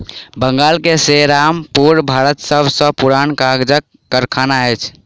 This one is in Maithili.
बंगाल के सेरामपुर भारतक सब सॅ पुरान कागजक कारखाना अछि